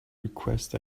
request